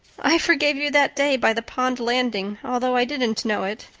i forgave you that day by the pond landing, although i didn't know it.